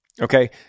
okay